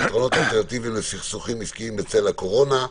פתרונות אלטרנטיביים לסכסוכים עסקיים בצל הקורונה.